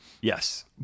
Yes